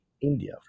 India